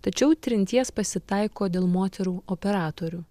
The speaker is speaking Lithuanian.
tačiau trinties pasitaiko dėl moterų operatorių